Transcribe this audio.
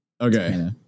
okay